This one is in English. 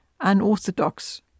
unorthodox